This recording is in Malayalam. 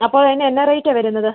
അപ്പോൾ അതിന് എന്നാ റേറ്റാണ് വരുന്നത്